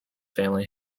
family